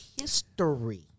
history